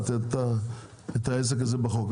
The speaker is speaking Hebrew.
להכניס את העסק הזה בחוק.